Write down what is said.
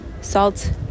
salt